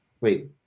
Wait